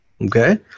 okay